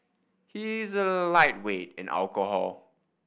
he is a lightweight in alcohol